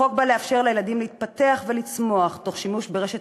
החוק בא לאפשר לילדים להתפתח ולצמוח תוך שימוש ברשת